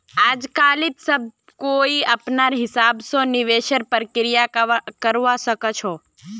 आजकालित सब कोई अपनार हिसाब स निवेशेर प्रक्रिया करवा सख छ